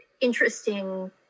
interesting